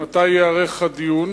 מתי ייערך הדיון?